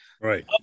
Right